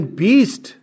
beast